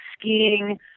skiing